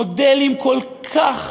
מודלים כל כך